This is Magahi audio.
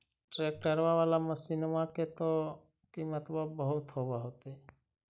ट्रैक्टरबा बाला मसिन्मा के तो किमत्बा बहुते होब होतै?